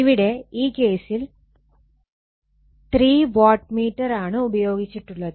ഇവിടെ ഈ കേസിൽ ത്രീ വാട്ട് മീറ്റർ ആണ് ഉപയോഗിച്ചിട്ടുള്ളത്